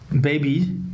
baby